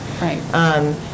Right